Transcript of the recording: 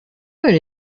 going